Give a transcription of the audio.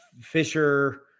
Fisher